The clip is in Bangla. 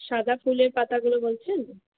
সাদা ফুলের পাতাগুলো বলছেন